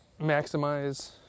maximize